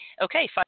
Okay